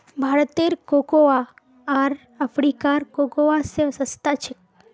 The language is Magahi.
भारतेर कोकोआ आर अफ्रीकार कोकोआ स सस्ता छेक